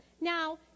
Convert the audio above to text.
Now